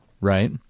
right